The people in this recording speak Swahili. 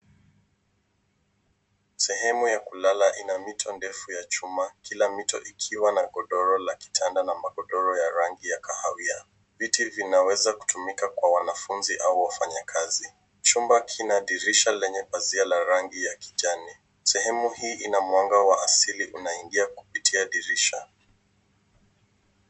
Sehemu ya kulala ina mito ndefu ya chuma kila mito ikiwa na godoro la kitanda na magodoro ya rangi ya kahawia , viti zinaweza kutumika kwa wanafunzi au wafanyikazi. Chumba kina dirisha lenye pazia la rangi ya kijani, sehemu hii ina mwanga wa asili unaingia kupitia dirisha.